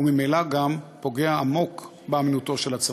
וממילא גם פוגע עמוק באמינותו של הצבא.